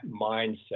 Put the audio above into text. mindset